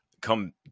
come